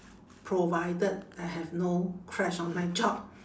provided I have no clash on my job